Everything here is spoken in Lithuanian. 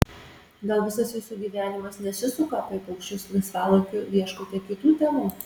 gal visas jūsų gyvenimas nesisuka apie paukščius laisvalaikiu ieškote kitų temų